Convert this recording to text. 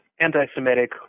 anti-Semitic